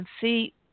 see